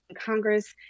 Congress